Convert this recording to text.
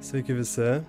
sveiki visi